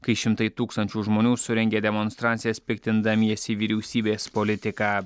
kai šimtai tūkstančių žmonių surengė demonstracijas piktindamiesi vyriausybės politika